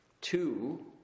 two